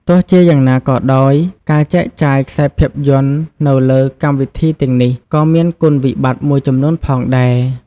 ទោះជាយ៉ាងណាក៏ដោយ ការចែកចាយខ្សែភាពយន្តនៅលើកម្មវិធីទាំងនេះក៏មានគុណវិបត្តិមួយចំនួនផងដែរ។